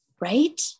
right